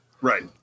right